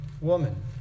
Woman